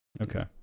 Okay